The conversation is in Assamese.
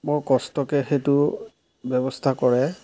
বৰ কষ্টকৈ সেইটো ব্যৱস্থা কৰে